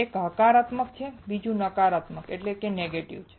એક હકારાત્મક છે અને બીજું નકારાત્મક છે